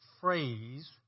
phrase